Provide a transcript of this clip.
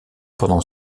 pendant